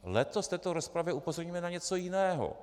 Letos v této rozpravě upozorňujeme na něco jiného.